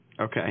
Okay